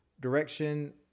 Direction